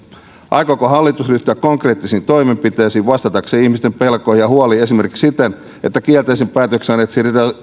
aikooko hallitus ryhtyä konkreettisiin toimenpiteisiin vastatakseen ihmisten pelkoon ja huoliin esimerkiksi siten että kielteisen päätöksen saaneet